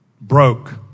Broke